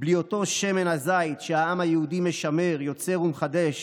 בלי אותו שמן הזית שהעם היהודי משמר, יוצר ומחדש